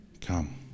come